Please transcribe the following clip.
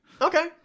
Okay